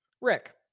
Rick